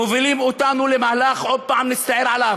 מובילים אותנו למהלך שעוד פעם נצטער עליו.